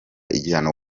igihano